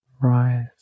rise